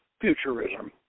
futurism